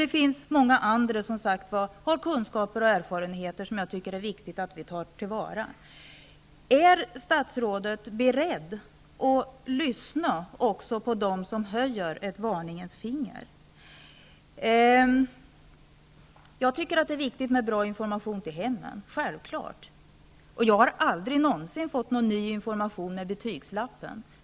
Det finns även många andra som har kunskaper och erfarenheter som det är viktigt att ta till vara. Är statsrådet beredd att lyssna också på dem som säger ett varningens ord? Självfallet är det bra med viktig information till hemmen. Men jag har aldrig någonsin fått någon ny information med betygslappen.